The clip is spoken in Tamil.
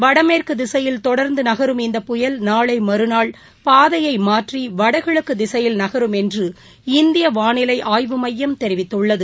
வடமேற்குதிசையில் தொடர்ந்துநகரும் இந்தப் புயல் நாளைமறுநாள் பாதையைமாற்றிவடகிழக்குதிசையில் என்று இந்தியவானிலைஆய்வு நகரும் மையம் தெரிவித்துள்ளது